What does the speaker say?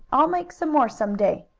i'll make some more some day.